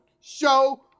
show